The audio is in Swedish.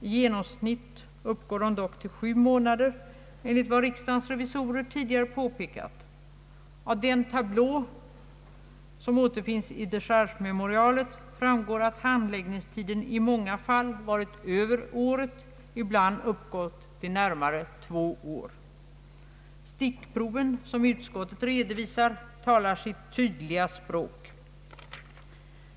I genomsnitt uppgår tiden dock till sju månader, enligt vad riksdagens revisorer förut påpekat. Av den tablå som återfinns i dechargememorialet framgår att handläggningstiden i många fall varit över ett år, ibland uppgått till närmare två år. De stickprov som utskottet redovisar talar sitt tydliga språk.